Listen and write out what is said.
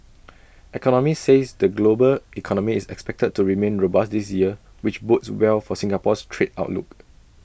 economists says the global economy is expected to remain robust this year which bodes well for Singapore's trade outlook